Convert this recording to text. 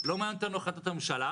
לא מעניין אותנו החלטת הממשלה,